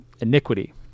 iniquity